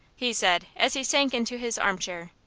he said, as he sank into his armchair.